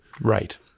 Right